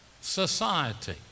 society